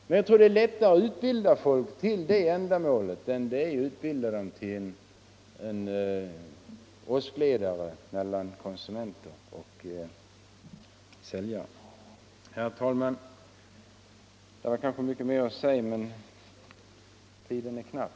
Men jag tror att det är lättare att utbilda folk för det ändamålet än det är att ubilda dem för uppgiften som åskledare mellan konsumenter och säljare. Herr talman! Jag har kanske mycket mera att säga, men tiden är knapp.